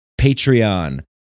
Patreon